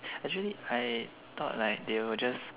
actually I thought like they will just